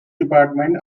department